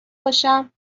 باشم